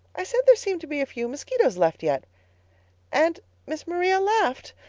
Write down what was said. i said there seemed to be a few mosquitoes left yet and miss maria laughed.